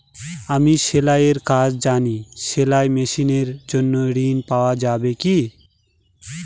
আমি সেলাই এর কাজ জানি সেলাই মেশিনের জন্য ঋণ পাওয়া যাবে কি?